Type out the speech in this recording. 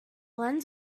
lens